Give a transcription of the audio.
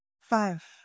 five